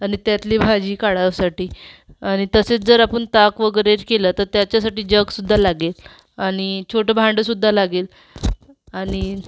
आणि त्यातली भाजी काढायसाठी आणि तसेच जर आपण ताक वगैरेच केलं तर त्याच्यासाठी जग सुद्धा लागेल आणि छोटं भांडंसुद्धा लागेल आणि